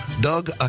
Doug